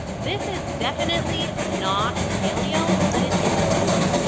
this is definitely not paleo, but it isn't the worst.